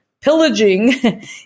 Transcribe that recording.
pillaging